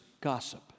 gossip